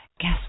guess